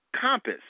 compass